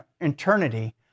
eternity